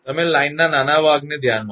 તમે લાઇનના નાના વિભાગને ધ્યાનમાં લો